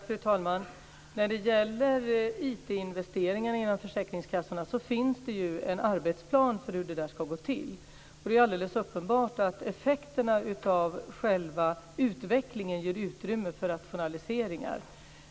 Fru talman! När det gäller IT-investeringarna inom försäkringskassorna finns det ju en arbetsplan för hur det ska gå till. Det är uppenbart att effekterna av själva utvecklingen ger utrymme för rationaliseringar.